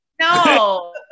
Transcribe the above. No